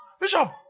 Bishop